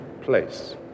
place